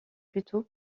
plutôt